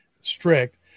strict